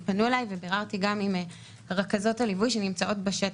וביררתי גם עם רכזות הליווי שנמצאות בשטח,